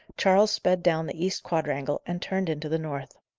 charles sped down the east quadrangle, and turned into the north.